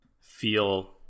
feel